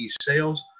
Sales